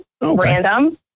Random